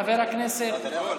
חבר הכנסת פינדרוס,